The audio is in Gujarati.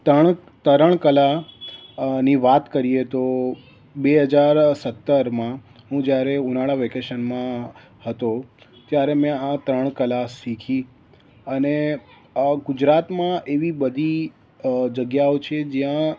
ત્રણ તરણ કલા ની વાત કરીએ તો બે હજાર સત્તરમાં હું જ્યારે ઉનાળા વેકેશનમાં હતો ત્યારે મેં આ તરણ કલા શીખી અને ગુજરાતમાં એવી બધી અ જગ્યાઓ છે જયાં